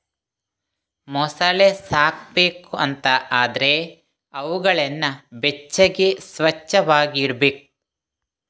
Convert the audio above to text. ಮೊಸಳೆ ಸಾಕ್ಬೇಕು ಅಂತ ಆದ್ರೆ ಅವುಗಳನ್ನ ಬೆಚ್ಚಗೆ, ಸ್ವಚ್ಚವಾಗಿ ಇಡ್ಬೇಕು